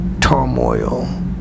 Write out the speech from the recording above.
turmoil